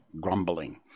grumbling